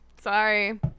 Sorry